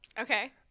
Okay